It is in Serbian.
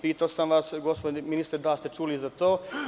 Pitao sam vas gospodine ministre da li ste čuli za to.